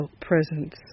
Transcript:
presence